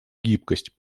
гибкость